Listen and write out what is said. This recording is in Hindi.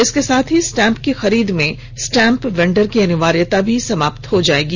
इसके साथ ही स्टाम्प की खरीद में स्टाम्प वेंडर की अनिवार्यता भी समाप्त हो जाएगी